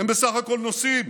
הם בסך הכול נוסעים,